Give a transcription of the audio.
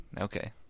okay